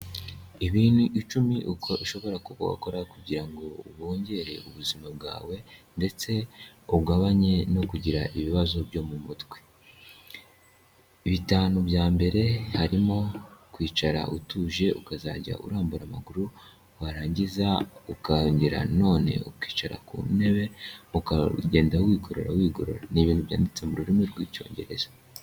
Ibintu icumi uko ushobora kuba wakora kugira ngo wongere ubuzima bwawe ndetse ugabanye no kugira ibibazo mu mutwe. Bitanu bya mbere harimo kwicara utuje ukazajya urambura amaguru, warangiza ukongera nanone ukicara ku ntebe, ukagenda wigorora wigorora. Ni ibintu byanditse mu rurimi rw'Icyongereza.